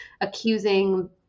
accusing